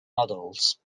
models